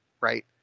Right